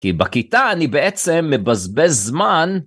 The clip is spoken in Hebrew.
כי בכיתה אני בעצם מבזבז זמן.